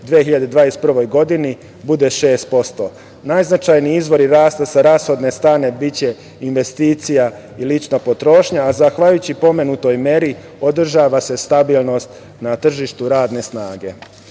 2021. godini bude 6%. Najznačajniji izvori rasta sa rashodne strane biće investicija i lična potrošnja, a zahvaljujući pomenutoj meri, održava se stabilnost na tržištu radne snage. Na